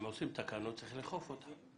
אם עושים תקנות, צריך לאכוף אותן.